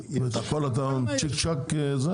והכול אתה צ'יק-צ'ק פורק?